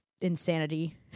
insanity